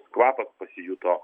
kvapas pasijuto